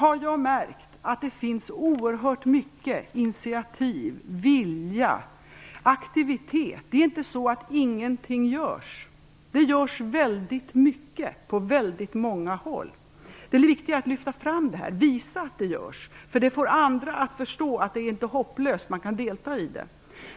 Jag har märkt att det finns oerhört mycket av initiativ, vilja och aktivitet. Det är inte så att ingenting görs. Det görs väldigt mycket på väldigt många håll. Det viktiga är att lyfta fram detta och visa att det görs. Det får andra att förstå att det inte är hopplöst, utan att man kan delta i arbetet.